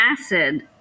acid